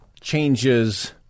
changes